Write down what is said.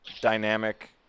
Dynamic